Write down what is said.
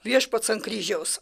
viešpats ant kryžiaus